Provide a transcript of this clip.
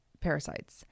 parasites